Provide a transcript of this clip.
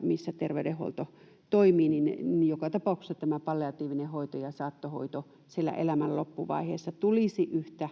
missä terveydenhuolto toimii, joka tapauksessa tämä palliatiivinen hoito ja saattohoito siellä elämän loppuvaiheessa tulisi yhtä